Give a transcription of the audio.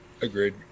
Agreed